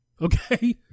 okay